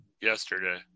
Yesterday